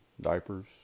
diapers